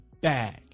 bag